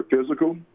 physical